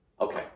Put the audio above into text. Okay